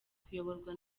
kuyoborwa